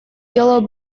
yellow